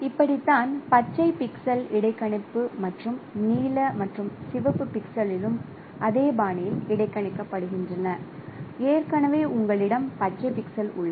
இப்படித்தான் பச்சை பிக்சல் இடைக்கணிப்பு மற்றும் நீல மற்றும் சிவப்பு பிக்சலும் அதே பாணியில் இடைக்கணிக்கப்படுகின்றன ஏற்கனவே உங்களிடம் பச்சை பிக்சல் உள்ளது